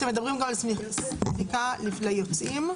אתם מדברים גם על בדיקה ליוצאים?